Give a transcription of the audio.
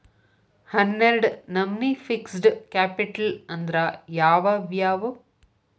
ಹನ್ನೆರ್ಡ್ ನಮ್ನಿ fixed capital ಅಂದ್ರ ಯಾವವ್ಯಾವು?